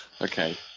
Okay